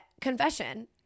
confession